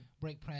break